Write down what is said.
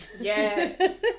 Yes